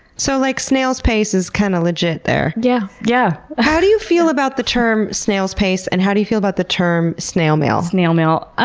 so, like snail's pace is kind of legit there. yeah yeah how do you feel about the term snail's pace and how do you feel about the term snail mail? snail mail, ah